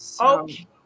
Okay